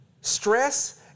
Stress